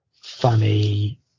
funny